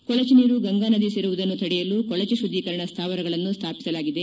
ಕೊಳಚೆ ನೀರು ಗಂಗಾ ನದಿ ಸೇರುವುದನ್ನು ತಡೆಯಲು ಕೊಳಚೆ ಶುದ್ದೀಕರಣ ಸ್ವಾವರಗಳನ್ನು ಸ್ವಾಪಿಸಲಾಗಿದೆ